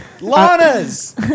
Lana's